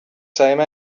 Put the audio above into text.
same